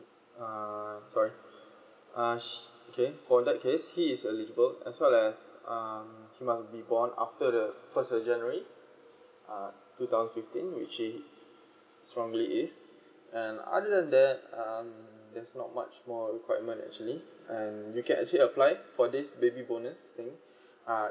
uh sorry uh okay for that case he is eligible as well um he must be born after the first of january uh two thousand fifteen which is he strongly is and other than um that there's not much more requirement actually and you can actually applied for this baby bonus thing uh